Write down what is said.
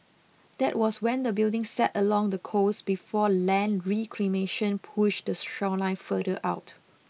that was when the building sat along the coast before land reclamation push the shoreline further out